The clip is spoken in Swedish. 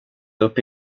uppe